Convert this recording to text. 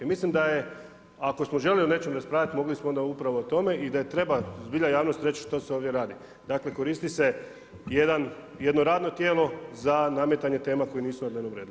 Mislim da je ako smo željeli o nečem raspravljat mogli smo onda upravo o tome i da treba zbilja javnost reći šta se ovdje radi. dakle koristi se jedno radno tijelo za nametanje tema koje nisu na dnevnom redu.